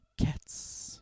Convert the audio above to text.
cats